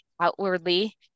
outwardly